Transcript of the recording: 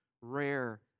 rare